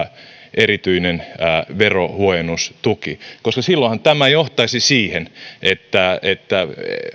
erityinen verohuojennustuki koska silloinhan tämä johtaisi siihen että että